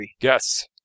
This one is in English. Yes